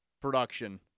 production